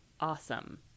Awesome